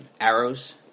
arrows